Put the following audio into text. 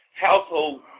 household